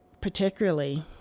particularly